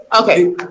Okay